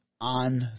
on